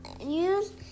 use